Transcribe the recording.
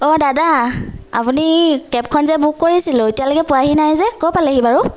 অঁ দাদা আপুনি কেব খন যে বুক কৰিছিলোঁ এতিয়ালৈকে পোৱাহি নাই যে ক'ৰ পালেহি বাৰু